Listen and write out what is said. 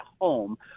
home